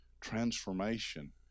transformation